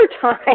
time